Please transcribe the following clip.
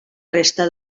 resta